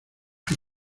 hay